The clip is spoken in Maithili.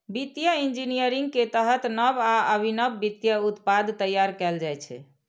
वित्तीय इंजीनियरिंग के तहत नव आ अभिनव वित्तीय उत्पाद तैयार कैल जाइ छै